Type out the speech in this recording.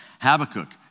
Habakkuk